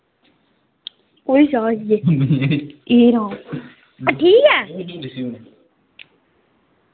ठीक ऐ